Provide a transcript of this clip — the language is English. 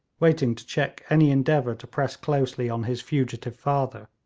waiting to check any endeavour to press closely on his fugitive father,